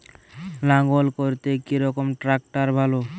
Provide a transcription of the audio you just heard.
লাঙ্গল করতে কি রকম ট্রাকটার ভালো?